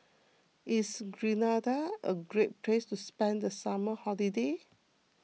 is Grenada a great place to spend the summer holiday